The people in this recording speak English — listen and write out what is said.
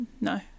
no